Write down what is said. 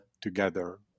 together